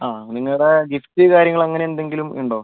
ആ നിങ്ങളുടെ ഗിഫ്റ്റ് കാര്യങ്ങൾ അങ്ങനെ എന്തെങ്കിലും ഉണ്ടോ